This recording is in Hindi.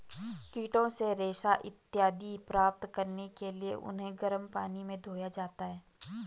कीटों से रेशा इत्यादि प्राप्त करने के लिए उन्हें गर्म पानी में धोया जाता है